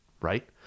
right